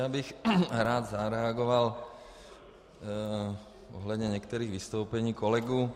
Já bych rád zareagoval ohledně některých vystoupení kolegů.